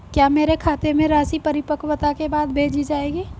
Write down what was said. क्या मेरे खाते में राशि परिपक्वता के बाद भेजी जाएगी?